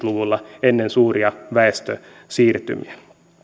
luvulla ennen suuria väestösiirtymiä